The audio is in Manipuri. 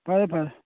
ꯐꯔꯦ ꯐꯔꯦ